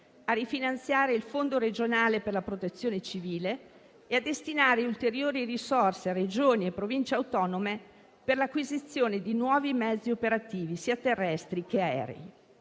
a rifinanziare il fondo regionale per la Protezione civile e a destinare ulteriori risorse a Regioni e Province autonome per l'acquisizione di nuovi mezzi operativi, sia terrestri che aerei.